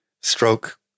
Stroke